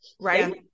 Right